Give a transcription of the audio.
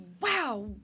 Wow